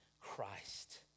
Christ